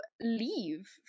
leave